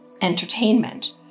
entertainment